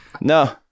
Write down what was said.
No